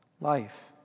life